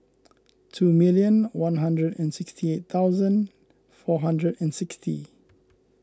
two million one hundred and sixty eight thousand four hundred and sixty